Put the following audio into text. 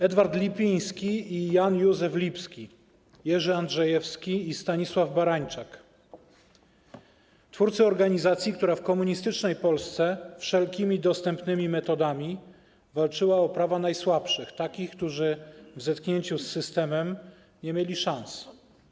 Edward Lipiński i Jan Józef Lipski, Jerzy Andrzejewski i Stanisław Barańczak - twórcy organizacji, która w komunistycznej Polsce wszelkimi dostępnymi metodami walczyła o prawa najsłabszych, takich, którzy w zetknięciu z systemem nie mieli szans.